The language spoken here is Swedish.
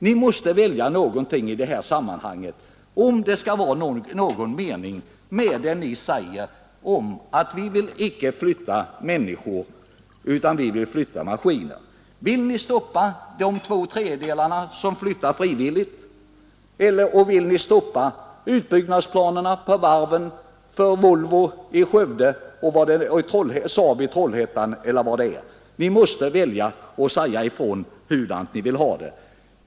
Ni måste välja om det skall vara någon mening med ert tal om att ni inte vill flytta människor utan maskiner. Vill ni stoppa två tredjedelar som flyttar frivilligt eller vill ni stoppa utbyggnadsplanerna för varven, för Volvo i Skövde och för SAAB i Trollhättan? Ni måste välja och säga hur ni vill ha det.